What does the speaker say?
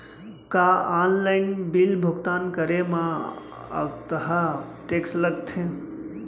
का online bill भुगतान करे मा अक्तहा टेक्स लगथे?